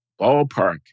ballpark